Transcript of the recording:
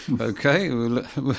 Okay